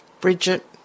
Bridget